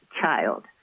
child